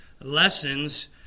Lessons